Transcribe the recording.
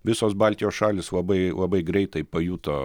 visos baltijos šalys labai labai greitai pajuto